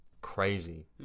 Crazy